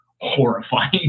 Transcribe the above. horrifying